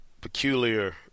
peculiar